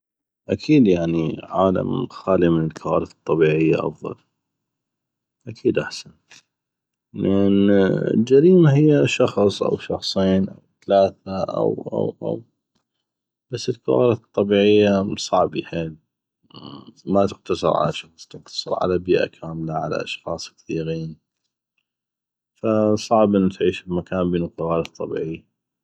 اكيد يعني عالم خالية من الكوارث الطبيعية افضل اكيد احسن لان الجريمة هيه شخص أو شخصين أو ثلاثة أو أو أو بس الكوارث الطبيعية صعبي حيل ما تقتصر على شخص تقتصر على بيئة كاملة على اشخاص كثيغين ف صعبي انو تعيش بمكان بينو كوارث طبيعية